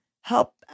Help